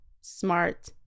smart